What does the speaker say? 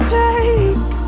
take